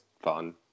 fun